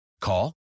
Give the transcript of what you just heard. Call